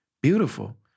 beautiful